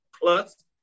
Plus